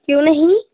क्यों नहीं